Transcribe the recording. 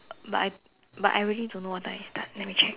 but I but I really don't know what time it start let me check